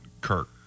Kirk